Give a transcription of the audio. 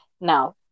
Now